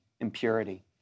impurity